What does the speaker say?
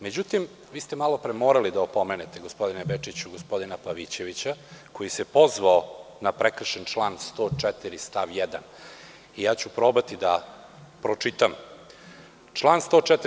Međutim, vi ste morali malopre da opomenete, gospodine Bečiću, gospodina Pavićevića, koji se pozvao na prekršen član 104. stav 1. Ja ću probati da pročitam član 104.